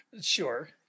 Sure